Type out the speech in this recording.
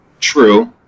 true